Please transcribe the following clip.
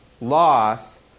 loss